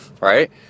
right